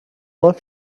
love